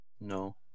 No